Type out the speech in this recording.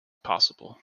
possible